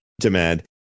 demand